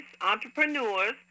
entrepreneurs